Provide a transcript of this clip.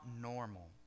normal